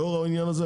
לאור העניין הזה,